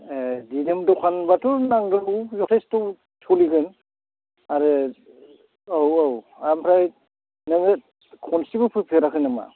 ए गोदान दखानबाथ' नांगौ जथेस्थ' सोलिगोन आरो औ औ आमफ्राय नोङो खनसेबो फैफेराखै नामा